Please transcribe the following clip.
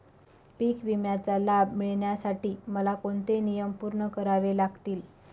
पीक विम्याचा लाभ मिळण्यासाठी मला कोणते नियम पूर्ण करावे लागतील?